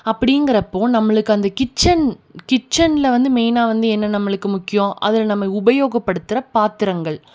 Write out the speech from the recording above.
அப்படிங்கிறப்போ நம்மளுக்கு அந்த கிச்சன் கிச்சன்ல வந்து மெயினாக வந்து என்ன நம்மளுக்கு முக்கியம் அதில் நம்ம உபயோகப்படுத்துகிற பாத்திரங்கள்